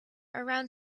around